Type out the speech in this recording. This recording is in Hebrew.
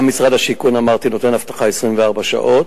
גם משרד השיכון, אמרתי, נותן אבטחה 24 שעות,